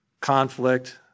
conflict